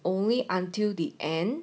only until the end